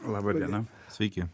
laba diena sveiki